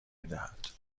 میدهد